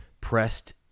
pressed